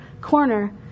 corner